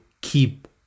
keep